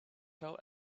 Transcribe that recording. tell